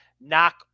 knock